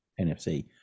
NFC